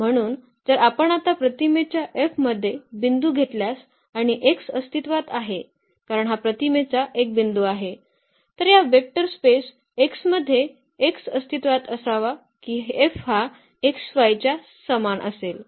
म्हणून जर आपण आता प्रतिमेच्या F मध्ये बिंदू घेतल्यास आणि X अस्तित्वात आहे कारण हा प्रतिमेचा एक बिंदू आहे तर या वेक्टर स्पेस X मध्ये X अस्तित्वात असावा की F हा xy च्या समान असेल